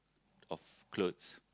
of clothes